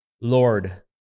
Lord